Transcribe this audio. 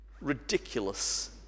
Ridiculous